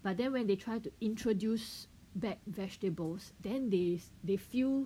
but then when they try to introduce back vegetables then they they feel